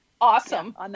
Awesome